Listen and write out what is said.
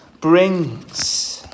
brings